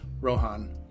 rohan